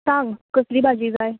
सांग कसली भाजी जाय